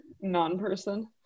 non-person